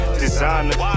designer